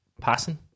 passing